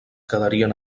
quedarien